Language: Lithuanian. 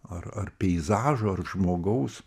ar ar peizažo ir žmogaus